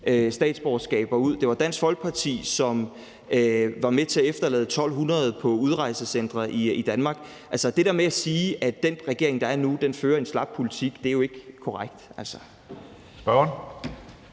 statsborgerskaber ud. Det var Dansk Folkeparti, som var med til at efterlade 1.200 på udrejsecentre i Danmark. Altså, det der med at sige, at den regering, der er nu, fører en slap politik, er jo ikke korrekt. Kl.